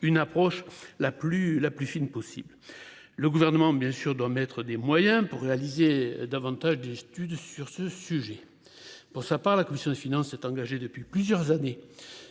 une approche la plus la plus fine possible. Le gouvernement bien sûr doit mettre des moyens pour réaliser davantage d'études sur ce sujet. Pour sa part, la commission des finances est engagé depuis plusieurs années